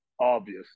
obvious